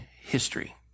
history